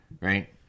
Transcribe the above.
Right